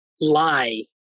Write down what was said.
lie